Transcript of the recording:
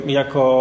jako